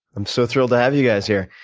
i'm so thrilled to have you guys here.